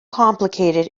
complicated